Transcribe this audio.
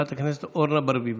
חברת הכנסת אורנה ברביבאי,